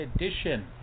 edition